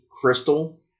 crystal